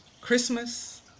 Christmas